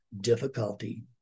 difficulty